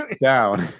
down